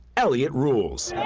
elliott roles.